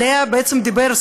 שעליה בעצם דיבר,